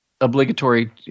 obligatory